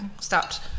stopped